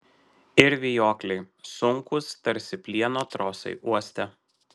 ir vijokliai sunkūs tarsi plieno trosai uoste